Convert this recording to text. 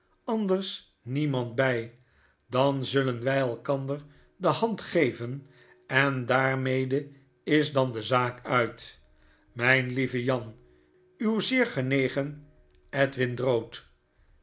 anders niemand bfl dan zullen wij elkander de hand geven en daarmee is dan de zaak uit mijn lieve jan uw zeer toegenegen edwin drood